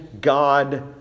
God